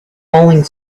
falling